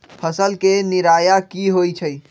फसल के निराया की होइ छई?